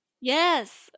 Yes